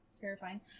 Terrifying